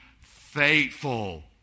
faithful